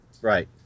Right